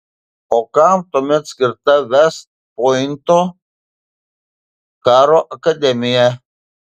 o kam tuomet skirta vest pointo karo akademija